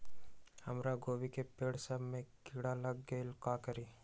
हमरा गोभी के पेड़ सब में किरा लग गेल का करी?